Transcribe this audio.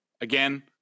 again